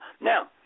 Now